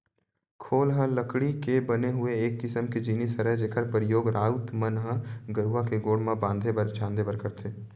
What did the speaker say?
खोल ह लकड़ी के बने हुए एक किसम के जिनिस हरय जेखर परियोग राउत मन ह गरूवा के गोड़ म बांधे छांदे बर करथे